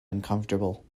uncomfortable